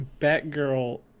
Batgirl